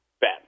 Ben